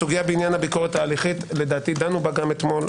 הסוגיה בעניין הביקורת ההליכית לדעתי דנו בה גם אתמול.